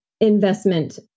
investment